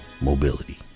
mobility